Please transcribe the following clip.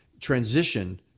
transition